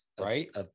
right